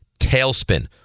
tailspin